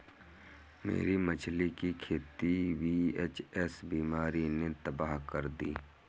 मेरी मछली की खेती वी.एच.एस बीमारी ने तबाह कर दी